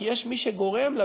כי יש מי שגורם לה,